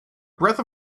breath